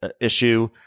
issue